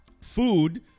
food